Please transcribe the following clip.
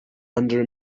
under